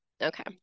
Okay